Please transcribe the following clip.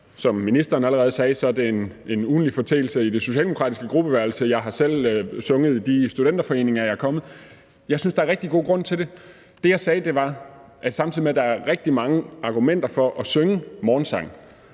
Som ministeren sagde, er det en ugentlig foreteelse i det socialdemokratiske gruppeværelse, og jeg har selv sunget i de studenterforeninger, jeg er kommet i. Jeg synes, der er rigtig god grund til det. Det, jeg sagde, var, at samtidig med at der er rigtig mange argumenter for at synge morgensang,